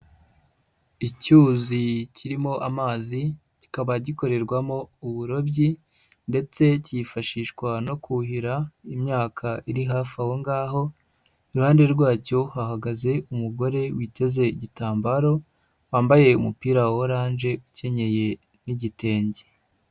Icyuzi kirimo amazi kikaba gikorerwamo uburobyi ndetse kifashishwa no kuhira imyaka iri hafi aho ngaho, iruhande rwacyo hahagaze umugore witeze igitambaro wambaye umupira wa oranje ukenyeye n'igitenge.